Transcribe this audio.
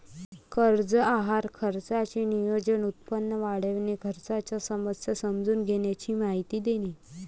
कर्ज आहार खर्चाचे नियोजन, उत्पन्न वाढविणे, खर्चाच्या समस्या समजून घेण्याची माहिती देणे